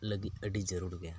ᱞᱟᱹᱜᱤᱫ ᱟᱹᱰᱤ ᱡᱟᱹᱨᱩᱲ ᱜᱮᱭᱟ